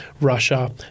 russia